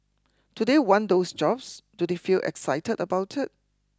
do they want those jobs do they feel excited about it